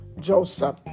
Joseph